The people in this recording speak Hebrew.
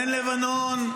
אין לבנון.